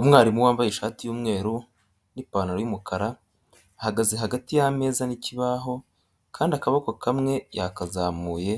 Umwarimu wambaye ishati y'umweru n'apanataro y'umukara ahagaze hagati y'ameza n'ikibaho handi akaboko kamwe yakazamuye